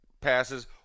passes